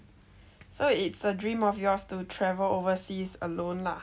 so it's a dream of yours to travel overseas alone lah